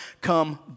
come